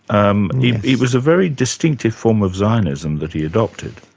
um it was a very distinctive form of zionism that he adopted.